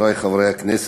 חברי חברי הכנסת,